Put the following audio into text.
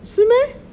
是 meh